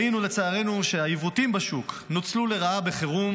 לצערנו ראינו שהעיוותים בשוק נוצלו לרעה בחירום,